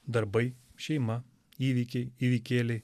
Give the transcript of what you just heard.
darbai šeima įvykiai įvykėliai